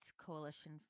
Coalition